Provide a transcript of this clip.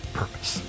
purpose